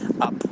up